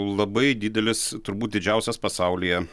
labai didelis turbūt didžiausias pasaulyje